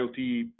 IoT